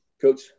coach